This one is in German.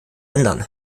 ändern